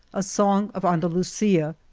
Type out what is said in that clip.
a song of andalusia,